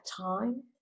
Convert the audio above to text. time